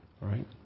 Right